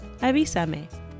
avísame